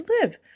live